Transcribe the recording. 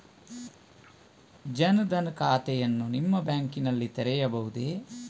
ಜನ ದನ್ ಖಾತೆಯನ್ನು ನಿಮ್ಮ ಬ್ಯಾಂಕ್ ನಲ್ಲಿ ತೆರೆಯಬಹುದೇ?